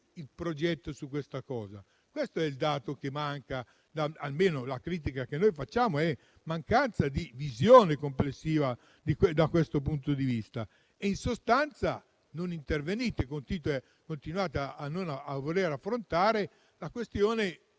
il progetto dov'è? Questo è il dato che manca. La critica che noi facciamo è una mancanza di visione complessiva da questo punto di vista. In sostanza, voi non intervenite e continuate a non voler affrontare la questione